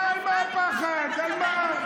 על מה הפחד, על מה?